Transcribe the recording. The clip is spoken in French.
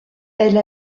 elle